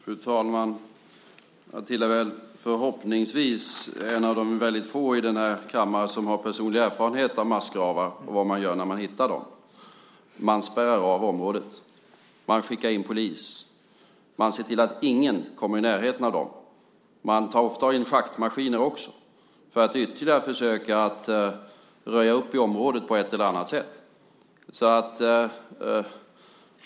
Fru talman! Jag hör väl, förhoppningsvis, till de väldigt få i den här kammaren som har personlig erfarenhet av massgravar och vad man gör när man hittar dem. Man spärrar av området. Man skickar in polis. Man ser till att ingen kommer i närheten av gravarna. Man tar ofta in schaktmaskiner också för att ytterligare försöka röja upp i området på ett eller annat sätt.